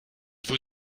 vous